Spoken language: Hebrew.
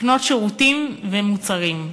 לקנות שירותים ומוצרים.